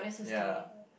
ya